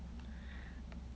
kay